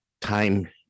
time